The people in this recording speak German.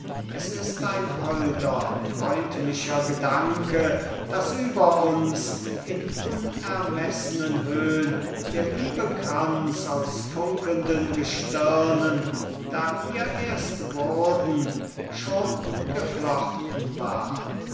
es ist ein holder freundlicher gedanke daß über uns in unermeßnen höhn der liebe kranz aus funkelnden gestirnen da wir erst wurden schon geflochten ward